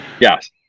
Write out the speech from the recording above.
Yes